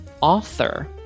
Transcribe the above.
author